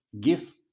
give